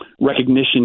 recognition